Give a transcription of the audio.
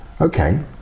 okay